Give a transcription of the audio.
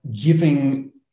giving